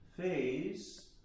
phase